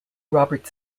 robert